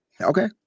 Okay